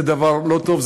זה דבר לא טוב,